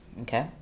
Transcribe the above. Okay